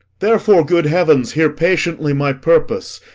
therefore, good heavens, hear patiently my purpose.